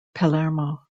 palermo